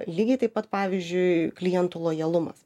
lygiai taip pat pavyzdžiui klientų lojalumas